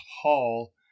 Hall